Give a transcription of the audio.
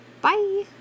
Bye